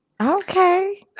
okay